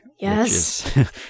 Yes